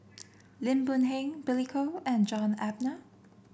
Lim Boon Heng Billy Koh and John Eber